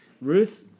Ruth